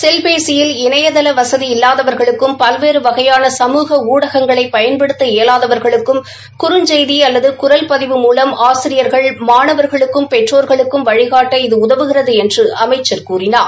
செல்பேசியில் இணையதள வசதி இல்லாதவர்களுக்கும் பல்வேறு வகையாள சமூக இணடகங்களை பயன்படுத்த இயலாதவா்களுக்கும் குறுஞ்செய்தி அல்லது குரல் பதிவு மூலம் ஆசிரியா்கள் மாணவா்களுக்கும் பெற்றோர்களுக்கும் வழிகாட்ட இது உதவுகிறது என்று அமைச்சர் கூறினார்